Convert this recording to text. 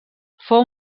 fou